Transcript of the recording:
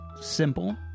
simple